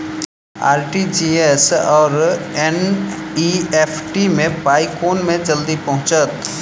RTGS आओर NEFT मे पाई केँ मे जल्दी पहुँचत?